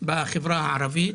בחברה הערבית.